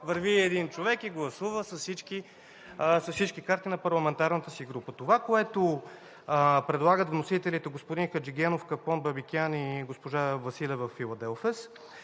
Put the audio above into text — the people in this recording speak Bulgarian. върви един човек и гласува с всички карти на парламентарната си група. Това, което предлагат вносителите – господин Хаджигенов, Капон, Бабикян и госпожа Василева-Филаделфевс,